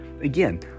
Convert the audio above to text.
Again